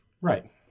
Right